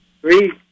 three